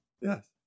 Yes